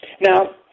Now